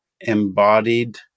embodied